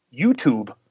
YouTube